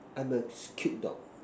I'm a cute dog